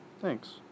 Thanks